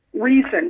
reason